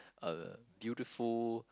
a beautiful